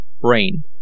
brain